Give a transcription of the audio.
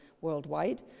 worldwide